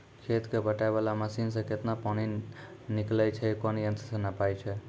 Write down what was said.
खेत कऽ पटाय वाला मसीन से केतना पानी निकलैय छै कोन यंत्र से नपाय छै